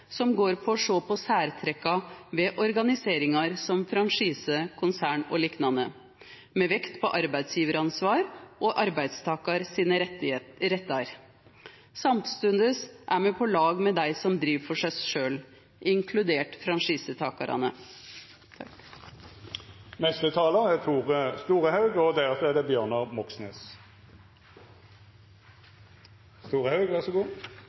som går ut på å sjå på særtrekka ved organiseringar som franchise, konsern og liknande, med vekt på arbeidsgjevaransvaret og rettane til arbeidstakaren. Samstundes er me på lag med dei som driv for seg sjølve, inkludert franchisetakarane. Eg kan stille meg bak mange av dei vurderingane som representanten frå Venstre la til grunn på ein veldig god